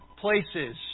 places